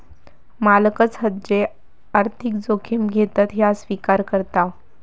मालकच हत जे आर्थिक जोखिम घेतत ह्या स्विकार करताव